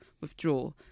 withdraw